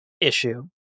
issue